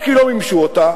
או כי לא מימשו אותה,